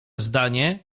zdanie